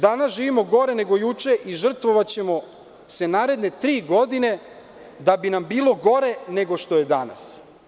Danas živimo gore nego juče i žrtvovaćemo se naredne tri godine da bi nam bilo gore nego što je danas.